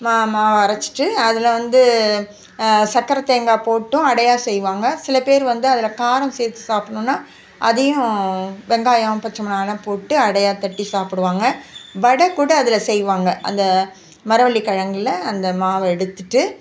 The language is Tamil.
மா மாவு அரைச்சிட்டி அதில் வந்து சக்கரை தேங்காய் போட்டும் அடையாக செய்வாங்க சில பேர் வந்து அதில் காரம் சேர்த்து சாப்பிட்ணுன்னா அதையும் வெங்காயம் பச்சை மிளகாலாம் போட்டு அடையாக தட்டி சாப்பிடுவாங்க வடை கூட அதில் செய்வாங்க அந்த மரவள்ளிக்கிழங்குல அந்த மாவை எடுத்துகிட்டு